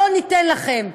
לא ניתן לכם,